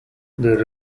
the